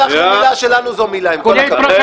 אנחנו המילה שלנו זו מילה, עם כל הכבוד.